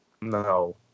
No